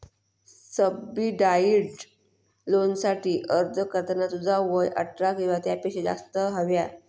subsidised लोनसाठी अर्ज करताना तुझा वय अठरा किंवा त्यापेक्षा जास्त हव्या